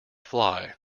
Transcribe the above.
fly